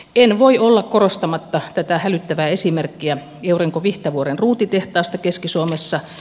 en voi olla korostamatta tätä hälyttävää esimerkkiä eurenco vihtavuoren ruutitehtaasta keski suomessa